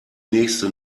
nächste